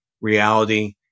reality